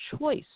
choice